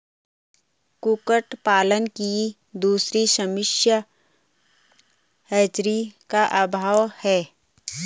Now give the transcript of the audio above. कुक्कुट पालन की दूसरी समस्या हैचरी का अभाव है